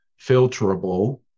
filterable